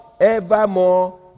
evermore